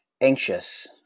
anxious